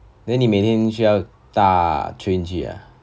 then 你每天需要搭 train 去 ah